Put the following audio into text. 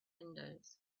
windows